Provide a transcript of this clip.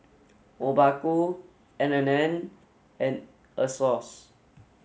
Obaku N and N and Asos